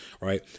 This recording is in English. Right